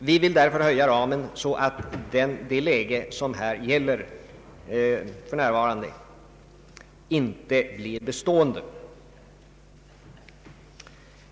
Ramen bör därför vidgas så att det läge som råder för närvarande inte blir bestående.